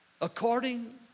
According